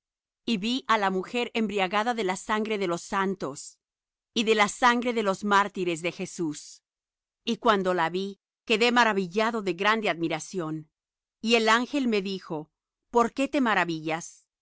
y vi la mujer embriagada de la sangre de los santos y de la sangre de los mártires de jesús y cuando la vi quedé maravillado de grande admiración y el ángel me dijo por qué te maravillas